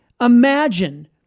imagine